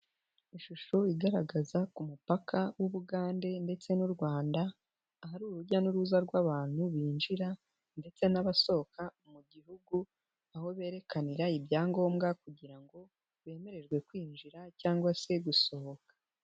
Ishusho igaragaza ku mupaka w'Ubugande ndetse n'u Rwanda, ahari urujya n'uruza rw'abantu binjira ndetse n'abasohoka mu gihugu, aho berekanira ibyangombwa kugira ngo bemererwe kwinjira cyangwa se gusohoka.